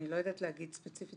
אני לא יודעת להגיד ספציפית,